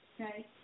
okay